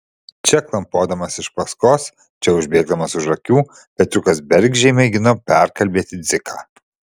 čia klampodamas iš paskos čia užbėgdamas už akių petriukas bergždžiai mėgino perkalbėti dziką